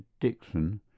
Dixon